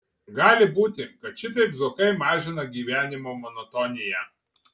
gali būti kad šitaip zuokai mažina gyvenimo monotoniją